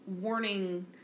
warning